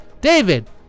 David